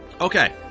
Okay